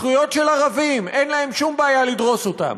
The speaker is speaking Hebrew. זכויות של ערבים, אין להם שום בעיה לדרוס אותן,